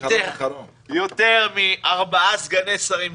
לא צריך יותר מארבעה סגני שרים.